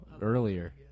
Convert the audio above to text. earlier